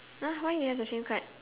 !huh! why you have a same card